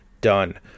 done